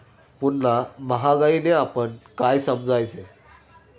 पुन्हा महागाईने आपण काय समजायचे?